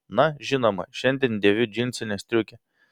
na žinoma šiandien dėviu džinsinę striukę